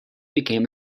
became